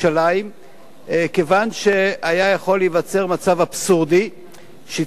כיוון שהיה יכול להיווצר מצב אבסורדי שצעירי ירושלים,